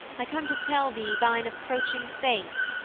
i come to tell thee thine approaching fate.